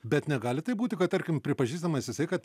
bet negali taip būti kad tarkim pripažįstamas jisai kad